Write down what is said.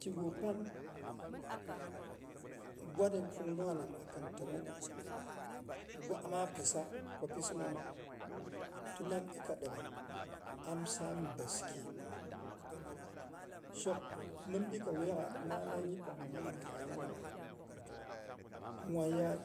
Kigu pan gwani pungnungha nam akin təmongnwu gwa pissa ko bisinawu, tun am iga dobba am saam boski shok min ikka wuyakgha, maa lyai gi panghom mang mye dangnanghom. Nwam yaat